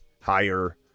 higher